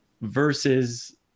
versus